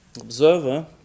Observer